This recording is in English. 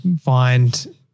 find